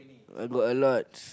I got a lot